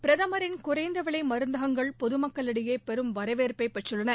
பிரதமின் குறைந்த விலை மருந்தகங்கள் பொது மக்களிடையே பெரும் வரவேற்பை பெற்றள்ளன